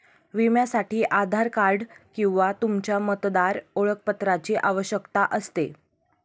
विम्यासाठी आधार कार्ड किंवा तुमच्या मतदार ओळखपत्राची आवश्यकता असते